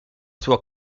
sua